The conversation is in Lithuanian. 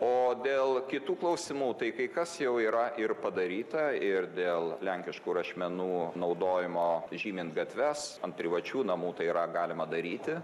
o dėl kitų klausimų tai kai kas jau yra ir padaryta ir dėl lenkiškų rašmenų naudojimo žymint gatves ant privačių namų tai yra galima daryti